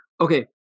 Okay